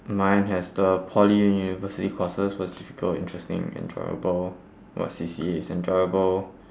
mine has the poly and university courses what's difficult interesting and enjoyable what C_C_A is enjoyable